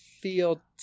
feel